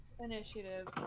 initiative